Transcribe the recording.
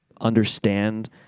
understand